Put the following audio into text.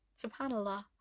SubhanAllah